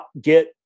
Get